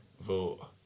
vote